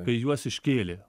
kai juos iškėlė